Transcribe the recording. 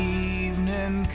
evening